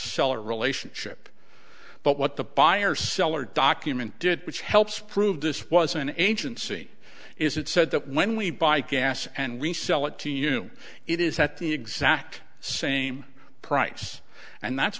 seller relationship but what the buyer seller document did which helps prove this was an agency is it said that when we buy gas and resell it to you it is at the exact same price and that's